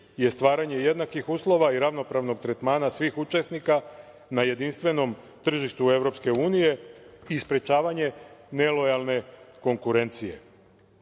je stvaranje jednakih uslova i ravnopravnog tretmana svih učesnika na jedinstvenom tržištu EU i sprečavanje nelojalne konkurencije.